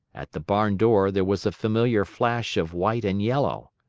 at the barn door there was a familiar flash of white and yellow.